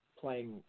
playing